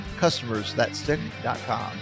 customersthatstick.com